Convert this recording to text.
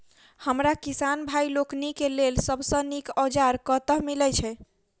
हमरा किसान भाई लोकनि केँ लेल सबसँ नीक औजार कतह मिलै छै?